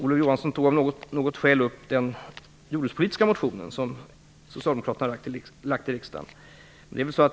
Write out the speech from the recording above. Olof Johansson tog av något skäl upp den jordbrukspolitiska motion som har väckts av socialdemokrater i riksdagen.